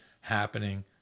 happening